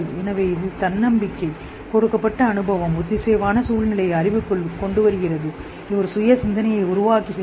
எனவே இது தன்னம்பிக்கை கொடுக்கப்பட்ட அனுபவம் ஒத்திசைவான சூழ்நிலை அறிவுக்குள் கொண்டுவருகிறது